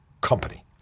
Company